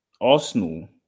Arsenal